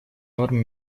нормы